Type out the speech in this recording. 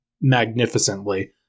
magnificently